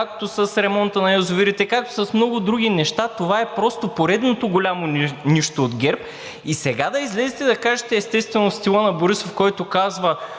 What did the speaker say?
Както с ремонта на язовирите, както с много други неща, това е просто поредното голямо нищо от ГЕРБ. И сега да излезете и да кажете – естествено, в стила на Борисов, който казва: